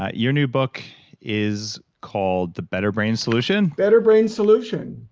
ah your new book is called the better brain solution. better brain solution.